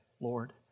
Lord